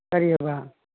ꯀꯔꯤꯑꯕ